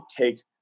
take